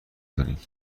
کنیم